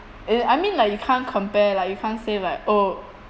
uh I mean like you can't compare lah you can't say like oh